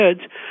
kids